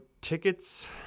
tickets